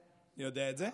אני יודע את זה.